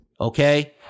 Okay